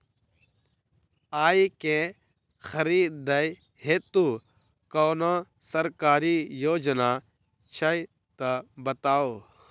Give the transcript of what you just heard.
आइ केँ खरीदै हेतु कोनो सरकारी योजना छै तऽ बताउ?